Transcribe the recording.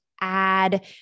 add